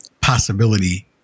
possibility